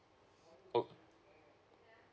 ok